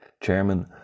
Chairman